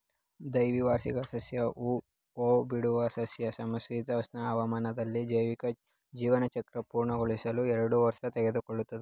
ದ್ವೈವಾರ್ಷಿಕ ಸಸ್ಯ ಹೂಬಿಡುವ ಸಸ್ಯ ಸಮಶೀತೋಷ್ಣ ಹವಾಮಾನದಲ್ಲಿ ಜೈವಿಕ ಜೀವನಚಕ್ರ ಪೂರ್ಣಗೊಳಿಸಲು ಎರಡು ವರ್ಷ ತೆಗೆದುಕೊಳ್ತದೆ